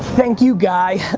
thank you, guy.